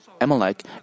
Amalek